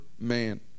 man